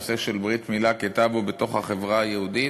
על הנושא של ברית-מילה כטבו בתוך החברה היהודית.